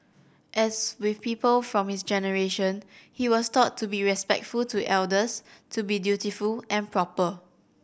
as with people from his generation he was taught to be respectful to elders to be dutiful and proper